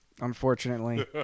unfortunately